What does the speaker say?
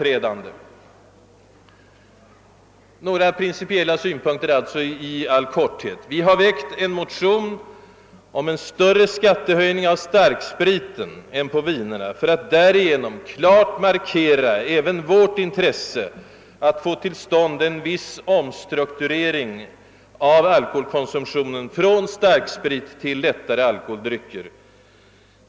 Nu till några principiella synpunkter .i. all korthet. Vi har väckt en motion om en större skattehöjning på starkspriten än på vinerna för att klart markera även vårt intresse av att få till stånd en. viss. omstrukturering av alkoholkonsumtionen från starksprit till lättare alkoholdrycker.